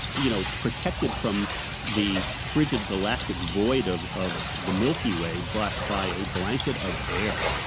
you know protected from the frigid galactic void of of the milky way but by a blanket of air,